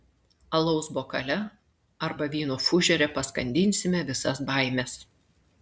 alaus bokale arba vyno fužere paskandinsime visas baimes